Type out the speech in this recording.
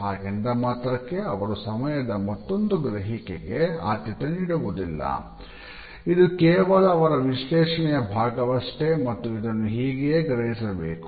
ಹಾಗೆಂದ ಮಾತ್ರಕ್ಕೆ ಅವರು ಸಮಯದ ಮತ್ತೊಂದು ಗ್ರಹಿಕೆಗೆ ಆದ್ಯತೆ ನೀಡುವುದಿಲ್ಲ ಇದು ಕೇವಲ ಅವರ ವಿಶ್ಲೇಷಣೆಯ ಭಾಗವಷ್ಟೇ ಮತ್ತು ಇದನ್ನು ಹೀಗೆಯೇ ಗ್ರಹಿಸಬೇಕು